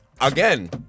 again